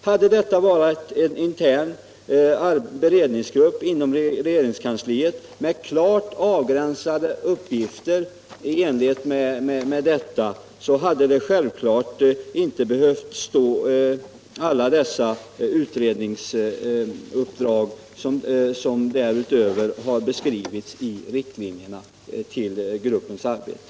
Hade det varit en intern beredningsgrupp inom regeringskansliet med klart avgränsade uppgifter i enlighet med detta hade självfallet inte alla de utredningsuppdrag behövt anges som beskrivits i riktlinjerna för gruppens arbete.